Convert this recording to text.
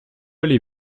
allez